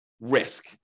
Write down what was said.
risk